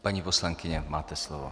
Paní poslankyně, máte slovo.